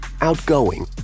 outgoing